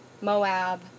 Moab